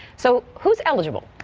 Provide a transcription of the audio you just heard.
so who's eligible.